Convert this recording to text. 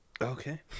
Okay